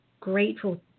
grateful